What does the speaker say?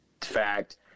fact